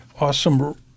awesome